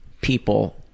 people